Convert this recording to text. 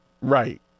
Right